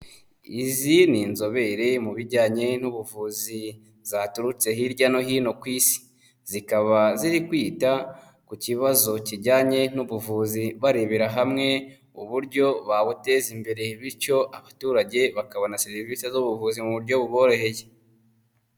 Izi ni inzobere mu bijyanye n'ubuvuzi zaturutse hirya no hino ku Isi, zikaba ziri kwita ku kibazo kijyanye n'ubuvuzi barebera hamwe uburyo bawuteza imbere, bityo abaturage bakabona serivisi z'ubuvuzi mu buryo buboroheye.